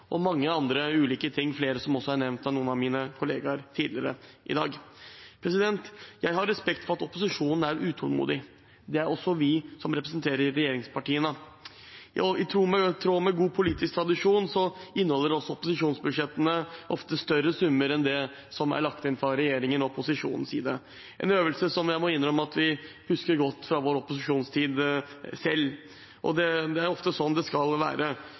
også mange andre ulike ting – flere er også nevnt av noen av mine kollegaer tidligere i dag. Jeg har respekt for at opposisjonen er utålmodig. Det er også vi som representerer regjeringspartiene. I tråd med god politisk tradisjon inneholder også opposisjonsbudsjettene ofte større summer enn det som er lagt inn fra regjeringen og posisjonens side, en øvelse jeg må innrømme at vi husker godt fra vår opposisjonstid selv. Det er ofte sånn det skal være.